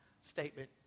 statement